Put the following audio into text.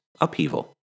upheaval